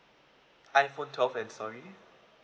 iphone twelve and sorry